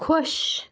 خۄش